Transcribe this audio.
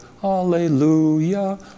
hallelujah